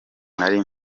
nari